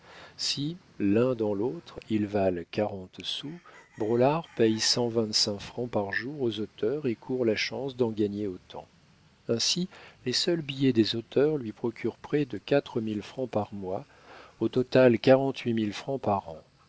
si l'un dans l'autre ils valent quarante sous braulard paye cent vingt-cinq francs par jour aux auteurs et court la chance d'en gagner autant ainsi les seuls billets des auteurs lui procurent près de quatre mille francs par mois au total quarante-huit mille francs par an